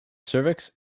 cervix